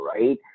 right